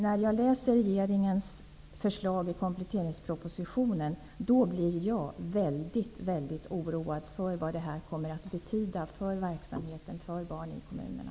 När jag läser regeringens förslag i kompletteringspropositionen blir jag synnerligen oroad över vad detta kommer att betyda för verksamheten, för barnen i kommunerna.